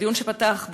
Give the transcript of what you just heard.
הדיון שפתח,